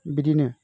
बिदिनो